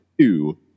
two